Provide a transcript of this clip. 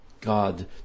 God